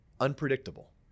unpredictable